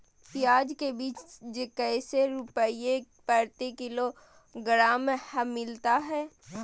प्याज के बीज कैसे रुपए प्रति किलोग्राम हमिलता हैं?